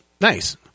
Nice